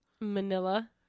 Manila